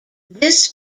this